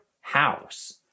house